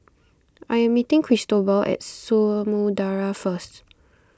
I am meeting Cristobal at Samudera first